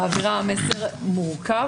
מעבירה מסר מורכב.